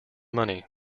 money